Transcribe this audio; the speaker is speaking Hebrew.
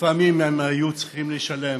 ולפעמים הם היו צריכים לשלם